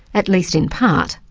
at least in part,